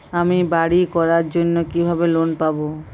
আমি বাড়ি করার জন্য কিভাবে লোন পাব?